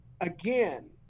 again